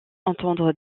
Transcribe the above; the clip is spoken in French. entendre